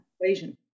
equation